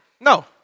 No